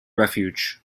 refuge